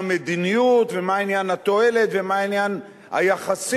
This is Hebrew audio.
המדיניות ומה עניין התועלת ומה עניין היחסים.